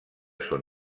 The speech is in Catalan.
son